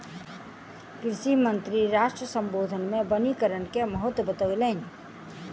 कृषि मंत्री राष्ट्र सम्बोधन मे वनीकरण के महत्त्व बतौलैन